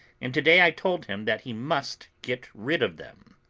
and to-day i told him that he must get rid of them.